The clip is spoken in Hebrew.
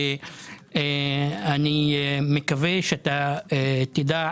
אני מקווה שאתה תדע